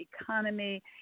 economy